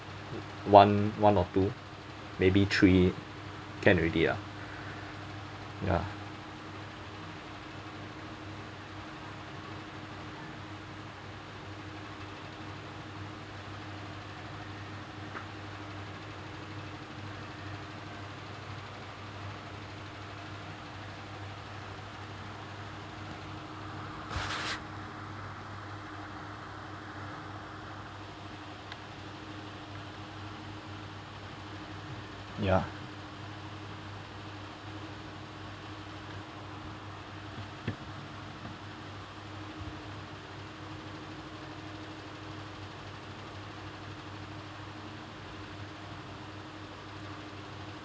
one one or two maybe three can already ah ya ya